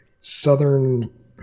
Southern